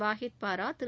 Waheed Para Thiru